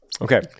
Okay